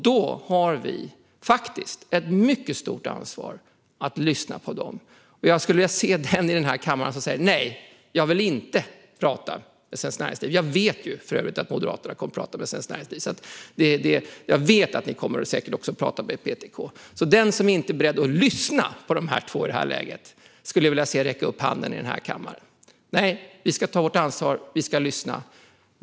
Då har vi också ett stort ansvar att lyssna på dem. Jag skulle vilja se den i den här kammaren som säger att man inte vill prata med Svenskt Näringsliv. Jag vet för övrigt att Moderaterna kommer att prata med Svenskt Näringsliv, och ni kommer säkert också att prata med PTK. Den som inte är beredd att lyssna på Svenskt Näringsliv och PTK i det här läget skulle jag vilja se räcka upp handen. Nej, vi ska ta vårt ansvar, och vi ska lyssna.